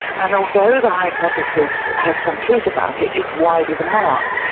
and although the hypothesis has some truth about it, it's wide of the mark,